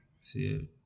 see